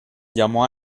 llamó